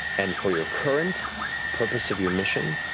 and for your current purpose of your mission,